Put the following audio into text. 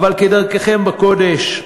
אבל כדרככם בקודש,